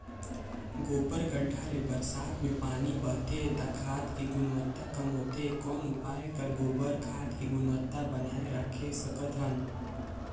गोबर गढ्ढा ले बरसात मे पानी बहथे त खाद के गुणवत्ता कम होथे कौन उपाय कर गोबर खाद के गुणवत्ता बनाय राखे सकत हन?